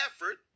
effort